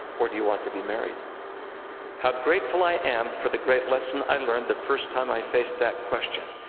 or do you want to be married how grateful i am for the great lesson i learned the first time i faced that question.